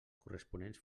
corresponents